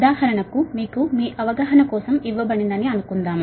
ఉదాహరణకు ఇది మీ అవగాహన కోసం ఇవ్వబడిందని అనుకుందాం